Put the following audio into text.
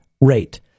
rate